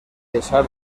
deixar